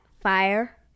fire